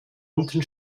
unten